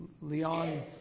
Leon